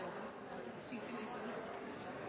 at